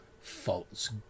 false